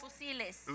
Fusiles